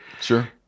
sure